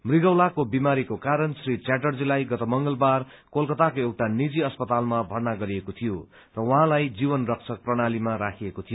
मृगौलाको विमारीको कारण श्री च्याटर्जीलाई गत मंगलबार कोलकताको एउटा निजी अस्पतालमा भर्ना गरिएको थियो र उहाँलाई जीवन रक्षक प्रणालीमा राखिएको थियो